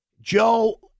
Joe